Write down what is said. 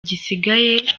gisigaye